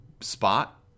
spot